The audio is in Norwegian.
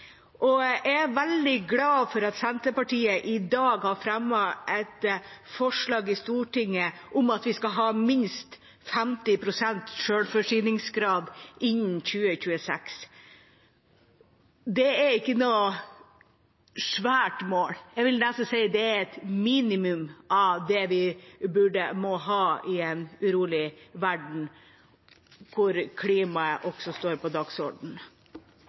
karbonbinding. Jeg er veldig glad for at Senterpartiet i dag har fremmet et forslag i Stortinget om at vi skal ha minst 50 pst. selvforsyningsgrad innen 2026. Det er ikke noe svært mål. Jeg vil nesten si det er et minimum av det vi må ha i en urolig verden, hvor klimaet også står på